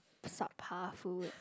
subpar food